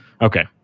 Okay